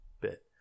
bit